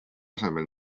asemel